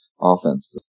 offense